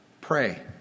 pray